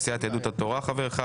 סיעת יהדות התורה חבר אחד.